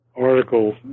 article